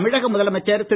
தமிழக முதலமைச்சர் திரு